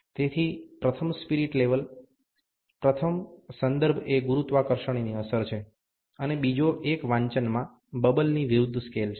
તેથી પ્રથમ spirit level પ્રથમ સંદર્ભ એ ગુરુત્વાકર્ષણની અસર છે અને બીજો એક વાચનમાં બબલ ની વિરુદ્ધ સ્કેલ છે